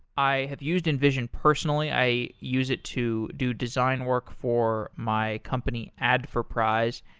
i have used invision personally. i use it to do design work for my company, adforprize,